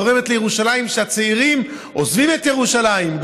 גורמת לכך שהצעירים עוזבים את ירושלים,